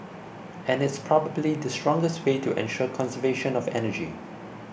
and it's probably the strongest way to ensure conservation of energy